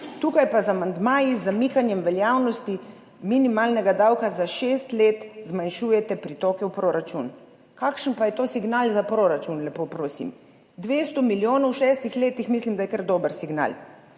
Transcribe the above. tukaj pa z amandmaji, z zamikanjem veljavnosti minimalnega davka za 6 let zmanjšujete pritoke v proračun. Kakšen pa je to signal za proračun, lepo prosim? 200 milijonov v 6 letih, mislim, da je kar dober signal.